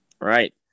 Right